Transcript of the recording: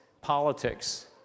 politics